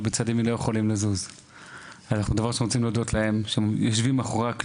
אנחנו רוצים להודות לחברים שיושבים פה מאחורי הקלעים,